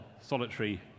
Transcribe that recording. solitary